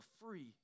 free